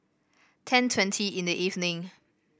ten twenty in the evening